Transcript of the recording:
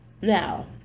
Now